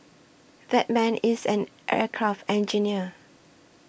that man is an aircraft engineer